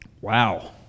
Wow